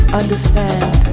understand